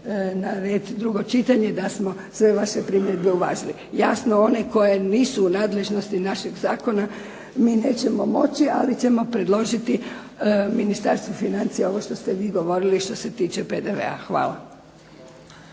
na red drugo čitanje da smo sve vaše primjedbe uvažili. Jasno one koje nisu u nadležnosti našeg Zakona, mi nećemo moći ali ćemo predložiti Ministarstvu financija ovo što ste vi govorili i što se tiče PDV-a. Hvala.